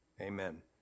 Amen